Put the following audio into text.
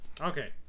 okay